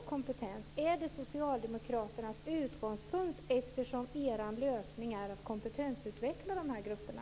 Är det socialdemokraternas utgångspunkt eftersom er lösning är att kompetensutveckla de här grupperna?